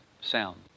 sound